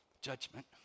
Judgment